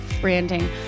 branding